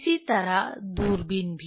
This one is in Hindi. इसी तरह दूरबीन भी